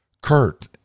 Kurt